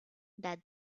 that